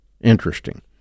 Interesting